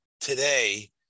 today